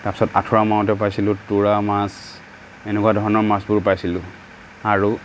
তাৰপিছত আঁঠুৱা মাৰোঁতে পাইছিলোঁ তুৰা মাছ এনেকুৱা ধৰণৰ মাছবোৰ পাইছিলোঁ আৰু